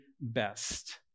best